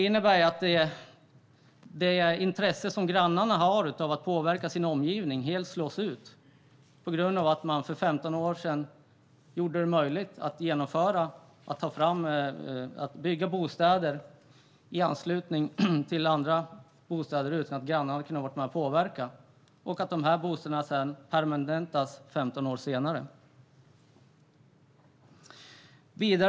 Detta skulle innebära att grannarnas intresse av att påverka sin omgivning helt slås ut, eftersom man för 15 år sedan gjorde det möjligt att bygga bostäder i anslutning till andra bostäder, utan att grannarna kan vara med och påverka, och att de här bostäderna efter 15 år permanentas.